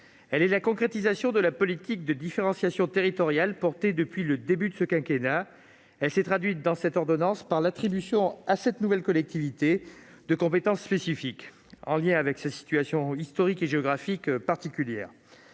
Elle est la concrétisation de la politique de différenciation territoriale qui a été portée depuis le début de ce quinquennat et qui s'est traduite dans cette ordonnance par l'attribution à cette nouvelle collectivité de compétences spécifiques, en lien avec sa situation historique et géographique particulière.